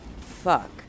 fuck